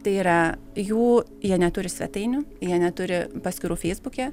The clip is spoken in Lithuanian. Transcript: tai yra jų jie neturi svetainių jie neturi paskyrų feisbuke